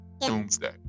Doomsday